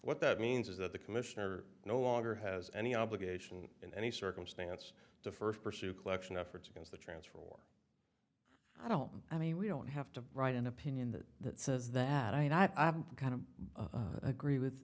what that means is that the commissioner no longer has any obligation in any circumstance to first pursue collection efforts against the transfer or i don't i mean we don't have to write an opinion that says that i mean i kind of agree